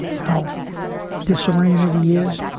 how disoriented he is.